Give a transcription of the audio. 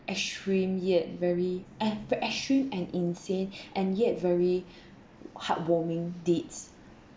extreme yet very ex~ extreme and insane and yet very heartwarming deeds